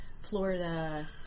Florida